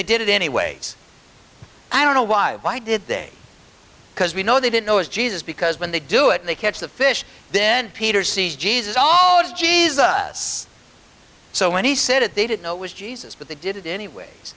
they did it anyways i don't know why why did they because we know they didn't know as jesus because when they do it they catch the fish then peter see jesus all g s us so when he said it they didn't know it was jesus but they did it anyway